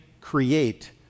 create